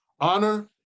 Honor